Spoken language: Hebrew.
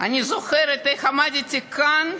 אני זוכרת איך עמדתי כאן,